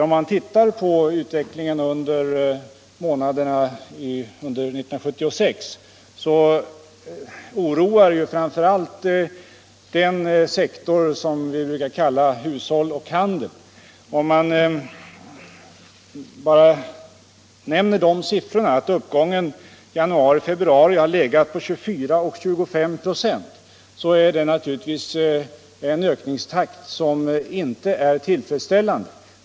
Om man ser på utvecklingen under 1976, oroar framför allt sektorerna hushåll och handel. Under januari och februari var uppgången 24-25 procent, vilket är en ökningstakt som är helt otillfredsställande.